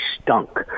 stunk